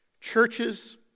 Churches